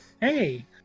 hey